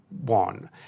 one